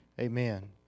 Amen